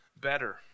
better